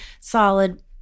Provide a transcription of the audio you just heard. solid